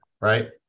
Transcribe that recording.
right